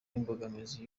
imbogamizi